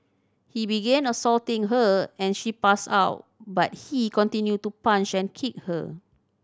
he began assaulting her and she passed out but he continued to punch and kick her